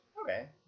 Okay